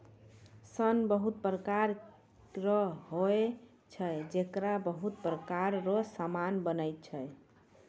सन बहुत प्रकार रो होय छै जेकरा बहुत प्रकार रो समान बनै छै